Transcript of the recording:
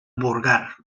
burgar